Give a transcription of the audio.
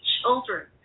children